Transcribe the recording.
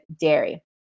dairy